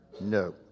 No